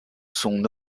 son